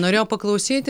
norėjo paklausyti